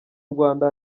rwanda